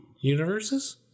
Universes